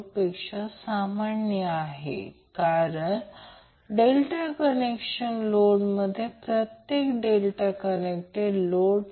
त्याचप्रमाणे Vbc तर Vbc म्हणजे कोणताही गोंधळ होऊ नये जेव्हा Vbc असेल तर b पॉझिटिव्ह असावे